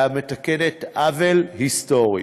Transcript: המתקנת עוול היסטורי.